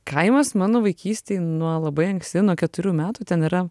kaimas mano vaikystėj nuo labai anksti nuo keturių metų ten yra